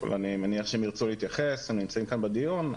אני מניח שהם ירצו להתייחס, הם נמצאים כאן בדיון.